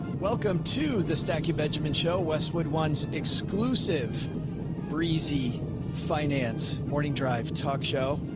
welcome to the stacie benjamin show, westwood ones, exclusive breezy finance morning drive talk show.